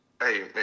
Hey